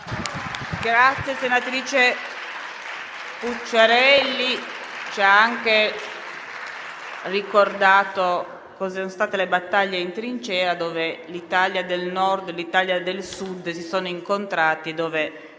Grazie alla senatrice Pucciarelli, che ci ha anche ricordato cosa sono state le battaglie in trincea, dove l'Italia del Nord e l'Italia del Sud si sono incontrate e